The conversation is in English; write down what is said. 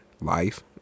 life